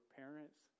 parents